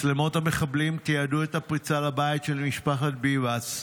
מצלמות המחבלים תיעדו את הפריצה לבית של משפחת ביבס.